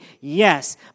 Yes